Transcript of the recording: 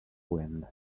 wind